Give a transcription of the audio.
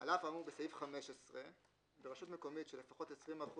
על אף האמור בסעיף 15 ברשות מקומית שלפחות 20%